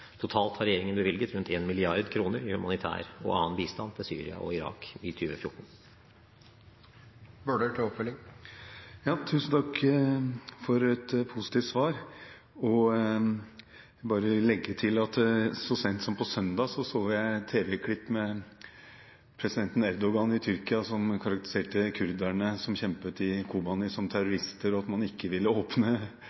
Totalt har regjeringen bevilget rundt 1 mrd. kr i humanitær og annen bistand til Syria og Irak i 2014. Tusen takk for et positivt svar. Jeg vil bare legge til at så sent som på søndag så jeg et tv-klipp med president Erdoǧan i Tyrkia, som karakteriserte kurderne som kjempet i Kobanê, som